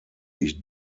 ich